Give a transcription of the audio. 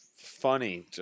Funny